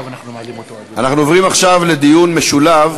אנחנו עוברים עכשיו לדיון משולב,